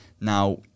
Now